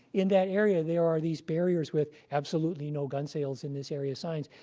in that area, there are these barriers with absolutely no gun sales in this area signs.